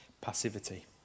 passivity